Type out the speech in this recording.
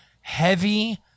heavy